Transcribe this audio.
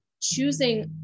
choosing